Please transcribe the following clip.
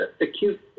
acute